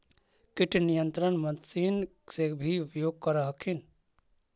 किट नियन्त्रण मशिन से भी उपयोग कर हखिन?